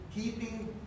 keeping